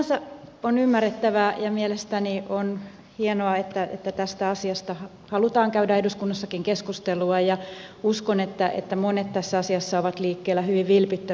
sinänsä on ymmärrettävää ja mielestäni on hienoa että tästä asiasta halutaan käydä eduskunnassakin keskustelua ja uskon että monet tässä asiassa ovat liikkeellä hyvin vilpittömin mielin